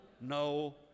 no